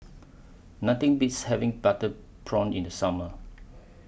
Nothing Beats having Butter Prawn in The Summer